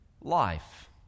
life